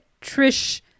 Trish